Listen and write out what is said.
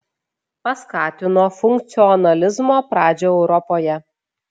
paskatino funkcionalizmo pradžią europoje